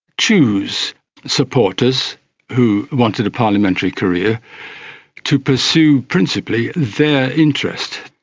choose supporters who wanted a parliamentary career to pursue principally their interest.